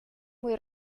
muy